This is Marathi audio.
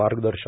मार्गदर्शन